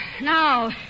Now